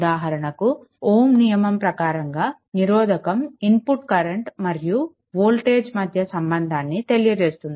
ఉదాహరణకు ఓమ్ నియమం ప్రకారంగా నిరోధకం ఇన్పుట్ కరెంట్ మరియు వోల్టేజ్ మధ్య సంబంధాన్ని తెలియజేస్తుంది